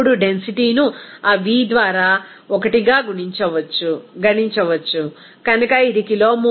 అప్పుడు డెన్సిటీ ను ఆ v ద్వారా 1 గణించవచ్చు కనుక ఇది కిలోమోల్కు 1 బై 24